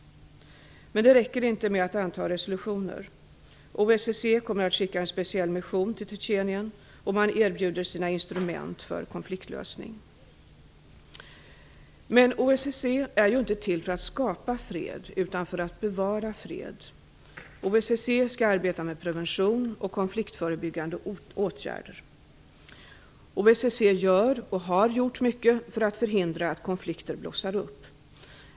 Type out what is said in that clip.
Men det räcker inte med att anta resolutioner. OSSE kommer att skicka en speciell mission till Tjetjenien och erbjuder också sina instrument för konfliktlösning. Men OSSE är ju inte till för att skapa fred utan för att bevara fred. OSSE skall arbeta med prevention och konfliktförebyggande åtgärder. OSSE gör och har gjort mycket för att förhindra att konflikter blossar upp.